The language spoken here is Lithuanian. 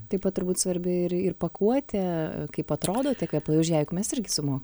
taip pat turbūt svarbi ir ir pakuotė kaip atrodo tie kvepalai už ją juk mes irgi sumok